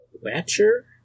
Watcher